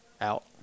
out